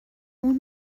اون